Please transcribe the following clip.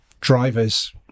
drivers